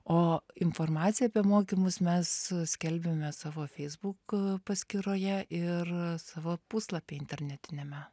o informaciją apie mokymus mes skelbiame savo feisbuk a paskyroje ir savo puslapy internetiniame